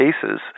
cases